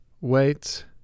Wait